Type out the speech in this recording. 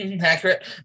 accurate